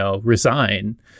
resign